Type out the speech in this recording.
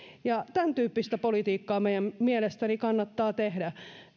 tämäntyyppistä politiikkaa meidän mielestäni kannattaa tehdä